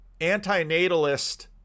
antinatalist